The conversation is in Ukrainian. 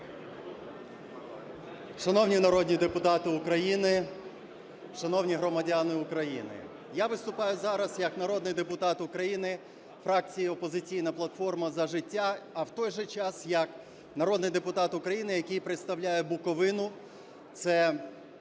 Шановні народні депутати України! Шановні громадяни України! Я виступаю зараз як народний депутат України фракції "Опозиційна платформа - За життя", а в той же час як народний депутат України, який представляє Буковину, це